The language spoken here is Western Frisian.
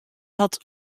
hat